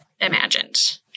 imagined